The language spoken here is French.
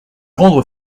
rendre